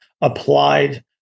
applied